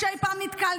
שאי פעם נתקלתי,